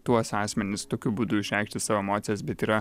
tuos asmenis tokiu būdu išreikšti savo emocijas bet yra